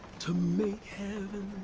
to make heaven